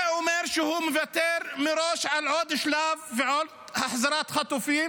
זה אומר שהוא מוותר מראש על עוד שלב ועוד החזרת חטופים.